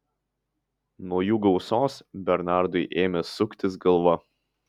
nuo jų gausos bernardui ėmė suktis galva